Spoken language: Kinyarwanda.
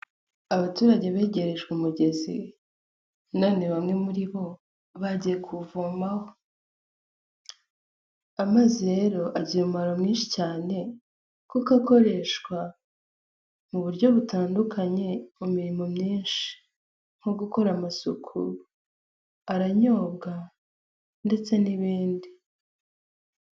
Abaturage begerejwe umugezi none bamwe muri bo bagiye kuvomaho. Amazi rero agira umumaro mwinshi cyane kuko akoreshwa mu buryo butandukanye mu mirimo myinshi, nko gukora amasuku aranyobwa ndetse n'ibindi.